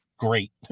Great